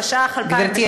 התשע"ח 2017. גברתי,